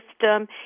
system